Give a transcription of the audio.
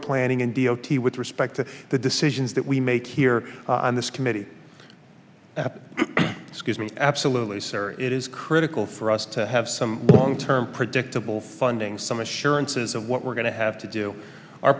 planning and d o t with respect to the decisions that we make here on this committee excuse me absolutely sir it is critical for us to have some long term predictable funding some assurances of what we're going to have to do our